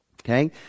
okay